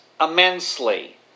immensely